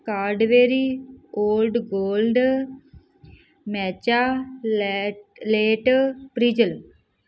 Cadbury old gold ਮੈਚਾ ਲੈ ਲੇਟ ਪ੍ਰਿਜਲ